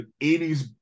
80s